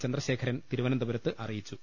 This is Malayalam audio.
ചന്ദ്രശേഖരൻ തിരുവനന്തപുരത്ത് അറിയിച്ചു